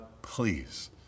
Please